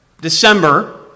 December